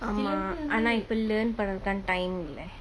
ஆமா ஆனா இப்ப:aamaa aanaa ippa learn பன்னணு:pannanu contain lah